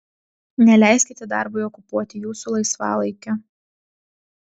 neleiskite darbui okupuoti jūsų laisvalaikio